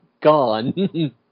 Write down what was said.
Gone